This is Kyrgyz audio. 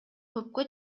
көпкө